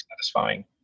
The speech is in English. satisfying